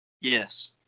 Yes